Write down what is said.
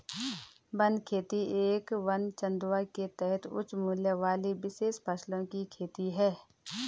one खेती एक वन चंदवा के तहत उच्च मूल्य वाली विशेष फसलों की खेती है